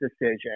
decision